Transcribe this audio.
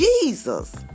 Jesus